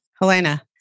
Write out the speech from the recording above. Helena